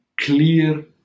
clear